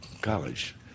college